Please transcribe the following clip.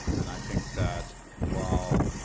and i think that while